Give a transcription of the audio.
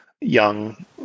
young